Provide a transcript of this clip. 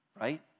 right